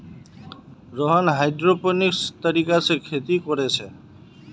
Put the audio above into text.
Rohan hydroponics तरीका से खेती कोरे छे